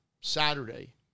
Saturday